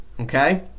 Okay